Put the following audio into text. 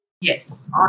yes